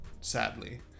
sadly